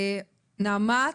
נעמ"ת,